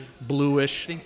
bluish